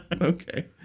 Okay